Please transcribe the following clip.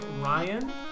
Ryan